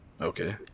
okay